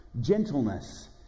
Gentleness